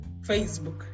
Facebook